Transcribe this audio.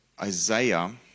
Isaiah